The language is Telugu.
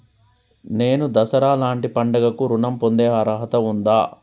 నేను దసరా లాంటి పండుగ కు ఋణం పొందే అర్హత ఉందా?